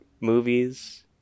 movies